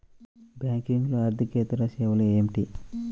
బ్యాంకింగ్లో అర్దికేతర సేవలు ఏమిటీ?